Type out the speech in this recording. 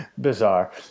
bizarre